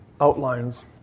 outlines